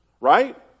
Right